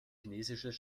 chinesisches